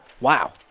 Wow